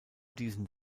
diesen